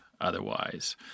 otherwise